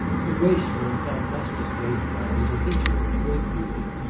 the graceful and fantastic grapevine is a feature of great beauty,